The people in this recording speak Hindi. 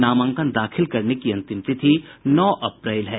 नामांकन दाखिल करने की अंतिम तिथि नौ अप्रैल है